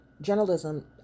journalism